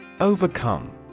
Overcome